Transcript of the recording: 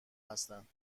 هستند